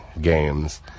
games